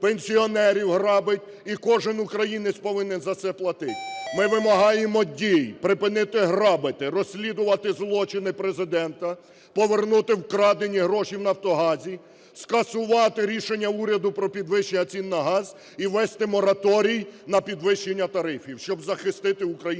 пенсіонерів грабить, і кожен українець повинен за це платить. Ми вимагаємо дій: припинити грабити, розслідувати злочини Президента, повернути вкрадені гроші в "Нафтогазі", скасувати рішення уряду про підвищення цін на газ і ввести мораторій на підвищення тарифів, щоб захистити українських громадян.